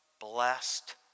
blessed